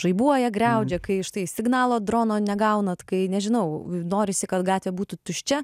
žaibuoja griaudžia kai štai signalo drono negaunat kai nežinau norisi kad gatvė būtų tuščia